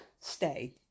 Stay